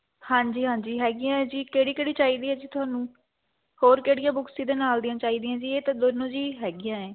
ਹਾਂਜੀ ਹਾਂਜੀ ਹੈਗੀਆ ਹੈ ਜੀ ਕਿਹੜੀ ਕਿਹੜੀ ਚਾਹੀਦੀ ਹੈ ਜੀ ਤੁਹਾਨੂੰ ਹੋਰ ਕਿਹੜੀਆਂ ਬੁੱਕਸ ਇਹਦੇ ਨਾਲ਼ ਦੀਆਂ ਚਾਹੀਦੀਆਂ ਹੈ ਜੀ ਇਹ ਤਾਂ ਦੋਨੋਂ ਜੀ ਹੈਗੀਆ ਹੈ